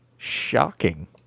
shocking